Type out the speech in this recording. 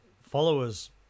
followers